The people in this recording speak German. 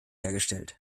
hergestellt